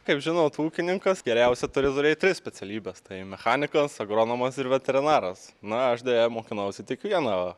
kaip žinot ūkininkas geriausia turi turėti tris specialybes tai mechanikas agronomas ir vetrinaras na aš deja mokinausi tik vieną